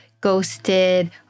ghosted